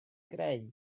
greu